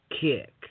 kick